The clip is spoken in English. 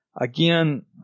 Again